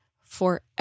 forever